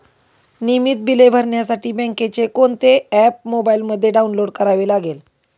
नियमित बिले भरण्यासाठी बँकेचे कोणते ऍप मोबाइलमध्ये डाऊनलोड करावे लागेल?